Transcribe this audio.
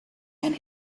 and